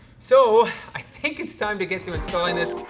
so, i think it's time to get to installing it.